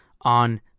on